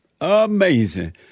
Amazing